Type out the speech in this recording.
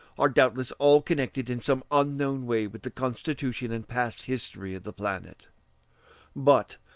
are doubtless all connected in some unknown way with the constitution and past history of the planet but,